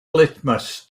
litmus